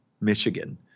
Michigan